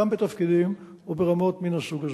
גם בתפקידים וברמות מן הסוג הזה.